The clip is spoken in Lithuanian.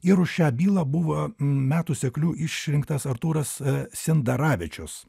ir už šią bylą buvo metų sekliu išrinktas artūras sindaravičius